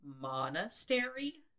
monastery